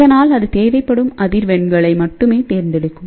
இதனால் அதுதேவைப்படும் அதிர்வெண்களை மட்டுமே தேர்ந்தெடுக்கும்